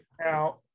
now